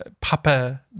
Papa